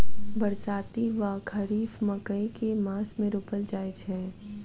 बरसाती वा खरीफ मकई केँ मास मे रोपल जाय छैय?